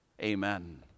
Amen